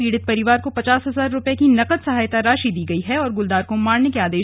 पीड़ित परिवार को पचास हजार रूपये की नकद सहायता राशि दी गई है और गुलदार को मारने के आदे